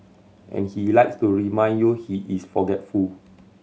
and he likes to remind you he is forgetful